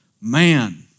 man